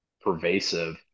pervasive